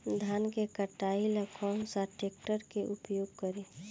धान के कटाई ला कौन सा ट्रैक्टर के उपयोग करी?